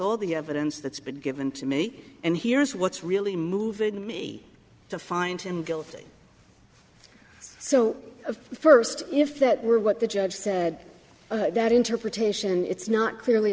all the evidence that's been given to me and here's what's really moved me to find him guilty so of first if that were what the judge said that interpretation it's not clearly